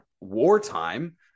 wartime